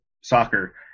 soccer